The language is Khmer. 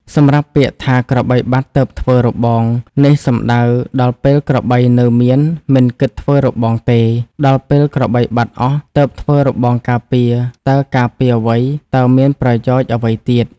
សម្រាប់ពាក្យថាក្របីបាត់ទើបធ្វើរបង នេះសំំដៅដល់ពេលក្របីនៅមានមិនគិតធ្វើរបងទេដល់ពេលក្របីបាត់អស់ទើបធ្វើរបងការពារតើការពារអ្វី តើមានប្រយោជន៍អ្វីទៀត។